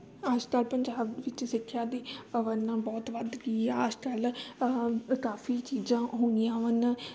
ਅੱਜ ਤਾਂ ਪੰਜਾਬ ਵਿੱਚ ਸਿੱਖਿਆ ਦੀ ਅਵਰਨਾ ਬਹੁਤ ਵੱਧ ਗਈ ਆ ਅੱਜ ਕੱਲ੍ਹ ਕਾਫੀ ਚੀਜ਼ਾਂ ਹੁੰਦੀਆਂ ਹਨ